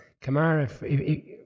Kamara